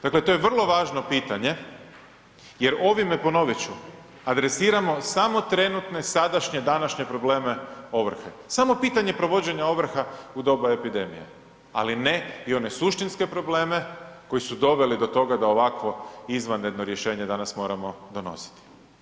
Dakle to je vrlo važno pitanje jer ovime, ponovit ću, adresiramo samo trenutne sadašnje, današnje probleme ovrhe, samo pitanje provođenja ovrha u doba epidemije, ali ne i one suštinske probleme koji su doveli do toga da ovako izvanredno rješenje danas moramo donositi.